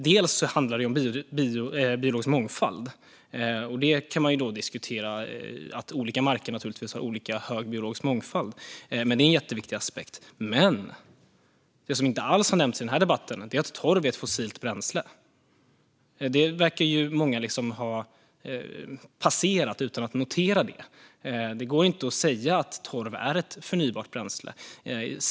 Delvis handlar det om biologisk mångfald. Man kan naturligtvis diskutera att olika marker har olika hög biologisk mångfald. Det är en jätteviktig aspekt. Men det som inte alls har nämnts i den här debatten är att torv är ett fossilt bränsle. Det verkar många ha passerat utan att notera. Det går inte att säga att torv är ett förnybart bränsle.